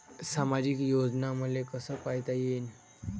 सामाजिक योजना मले कसा पायता येईन?